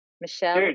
Michelle